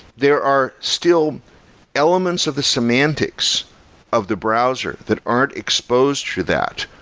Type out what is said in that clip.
there are still elements of the semantics of the browser that aren't exposed through that,